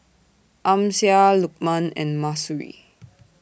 Amsyar Lukman and Mahsuri